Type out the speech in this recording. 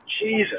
Jesus